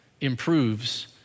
improves